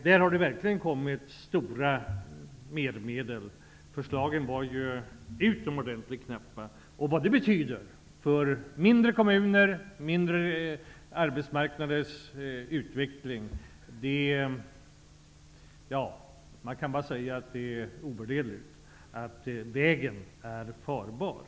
Där har det verkligen kommit till stora medel. Förslagen var ju utomordentligt knappa. Vad det betyder för mindre kommuner och mindre arbetsmarknaders utveckling kan sammanfattas i att det är ovärderligt att vägen är farbar.